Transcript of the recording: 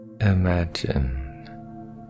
Imagine